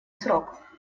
срок